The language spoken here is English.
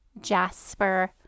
jasper